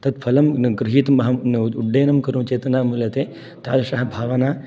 तत् फलं न् गृहीतम् अहं उड्डयनं करोमि चेत् न मिलते तादृशः भावना